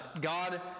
God